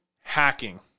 hacking